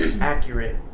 accurate